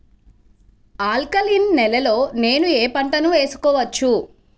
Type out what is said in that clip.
Alkaline నేలలో నేనూ ఏ పంటను వేసుకోవచ్చు?